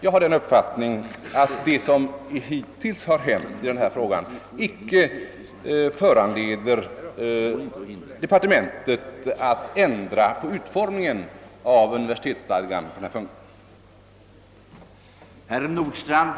Jag har den uppfattningen, att det som hittills hänt i denna fråga inte föranleder departementet att ändra uppfattning i fråga om utformningen av universitetsstadgan på den aktuella punkten.